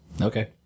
Okay